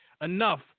enough